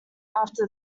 after